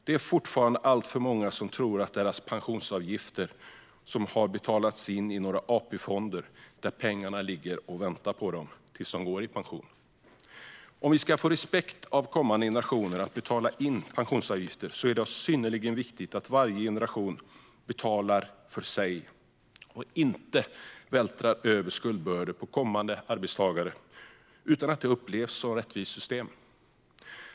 Det är fortfarande alltför många som tror att deras pensionsavgifter har betalats in i några AP-fonder, där pengarna ligger och väntar på dem tills de går i pension. För att vi ska få respekt av kommande generationer när det gäller att betala in pensionsavgifter är det synnerligen viktigt att varje generation betalar för sig och inte vältrar över skuldbördor på kommande arbetstagare. Det är viktigt att det upplevs som ett rättvist system.